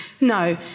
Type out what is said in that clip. No